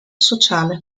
sociale